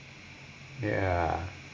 ya